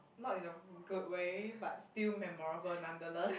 not in a good way but still memorable nonetheless